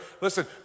Listen